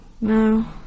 No